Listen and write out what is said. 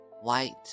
white